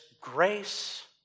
grace